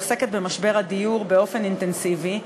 עוסקים במשבר הדיור באופן אינטנסיבי,